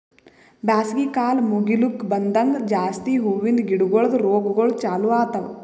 ಬ್ಯಾಸಗಿ ಕಾಲ್ ಮುಗಿಲುಕ್ ಬಂದಂಗ್ ಜಾಸ್ತಿ ಹೂವಿಂದ ಗಿಡಗೊಳ್ದು ರೋಗಗೊಳ್ ಚಾಲೂ ಆತವ್